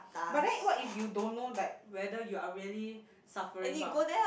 but then what if you don't know like whether you are really suffering from